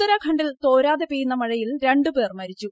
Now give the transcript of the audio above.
ഉത്തരാഖണ്ഡിൽ തോരാതെ പെയ്യുന്ന മഴയിൽ രണ്ടു പേർ മരിച്ചു